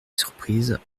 surprise